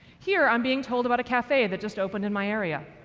here, i'm being told about a cafe that just opened in my area.